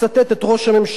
שגרירויות ישראל,